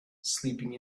sleeping